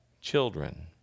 children